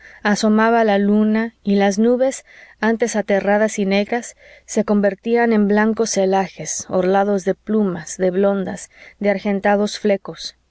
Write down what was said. asomaba la luna y las nubes antes aterradoras y negras se convertían en blancos celajes orlados de plumas de blondas de argentados flecos